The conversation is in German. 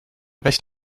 recht